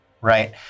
right